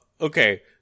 Okay